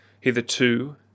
Hitherto